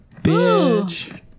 bitch